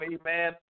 amen